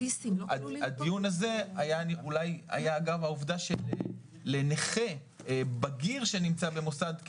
הדיון הזה היה אגב העובדה שלנכה בגיר שנמצא במוסד,